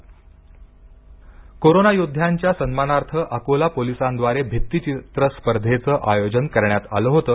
भिंतीचित्र स्पर्धा कोरोना योद्ध्यांच्या सन्मानार्थ अकोला पोलिसांद्वारे भित्तीचित्र स्पर्धेचे आयोजन करण्यात आलं होतं